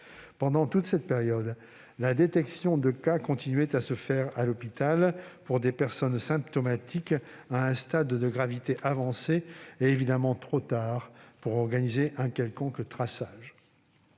Pendant toute cette séquence, la détection de cas continuait à se faire à l'hôpital, pour des personnes symptomatiques, à un stade de gravité avancé et trop tard, évidemment, pour organiser un quelconque traçage.